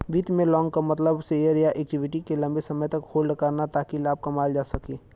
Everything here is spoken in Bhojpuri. वित्त में लॉन्ग क मतलब शेयर या इक्विटी के लम्बे समय तक होल्ड करना ताकि लाभ कमायल जा सके